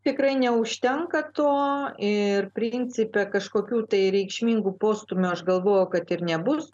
tikrai neužtenka to ir principe kažkokių tai reikšmingų postūmių aš galvoju kad ir nebus